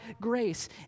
grace